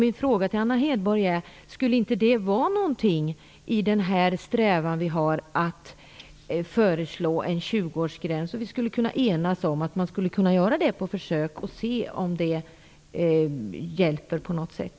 Min fråga till Anna Hedborg är: Skulle det inte kunna vara ett bidrag i vår strävan att föreslå en 20-årsgräns? Vi skulle kunna enas om att genomföra det på försök för att se om det hjälper på något sätt.